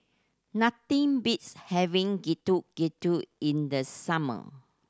nothing beats having Getuk Getuk in the summer